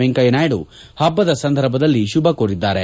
ವೆಂಕಯ್ಯನಾಯ್ದು ಹಬ್ಬದ ಸಂದರ್ಭದಲ್ಲಿ ಶುಭಕೋರಿದ್ದಾರೆ